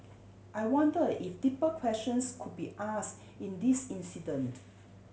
I wonder if deeper questions could be asked in this incident